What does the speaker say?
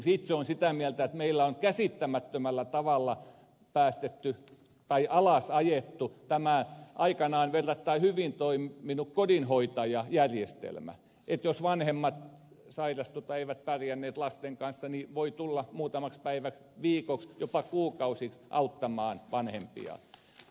itse olen sitä mieltä että meillä on käsittämättömällä tavalla alas ajettu tämä aikanaan verrattain hyvin toiminut kodinhoitajajärjestelmä jossa jos vanhemmat sairastuivat tai eivät pärjänneet lasten kanssa kodinhoitaja saattoi tulla muutamaksi päiväksi viikoksi tai jopa kuukausiksi auttamaan vanhempia